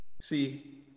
See